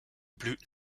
blüten